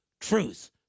truth